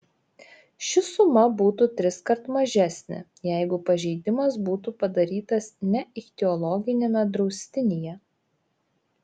ši suma būtų triskart mažesnė jeigu pažeidimas būtų padarytas ne ichtiologiniame draustinyje